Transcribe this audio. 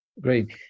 Great